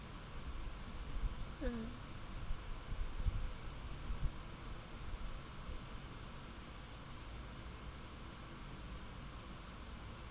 mm